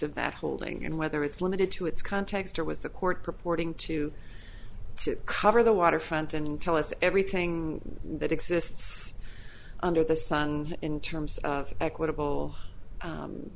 of that holding and whether it's limited to its context or was the court purporting to cover the waterfront and tell us everything that exists under the sun in terms of equitable